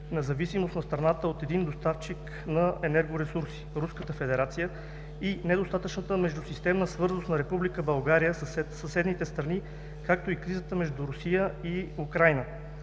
на зависимост на страната от един доставчик на енергоресурси – Руската федерация, и недостатъчната междусистемна свързаност на Република България със съседните страни, както и кризата между Русия и Украйна